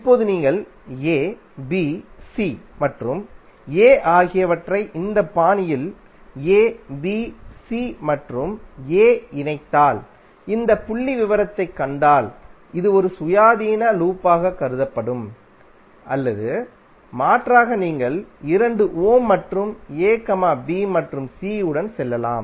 இப்போது நீங்கள் a b c மற்றும் a ஆகியவற்றை இந்த பாணியில் a b c மற்றும் a இணைத்தால் இந்த புள்ளிவிவரத்தைக் கண்டால் இது ஒரு சுயாதீன லூப்பாகக் கருதப்படும் அல்லது மாற்றாக நீங்கள் இரண்டு ஓம் மற்றும் a b மற்றும் c உடன் செல்லலாம்